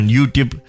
YouTube